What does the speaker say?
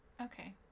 Okay